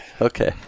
Okay